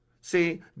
See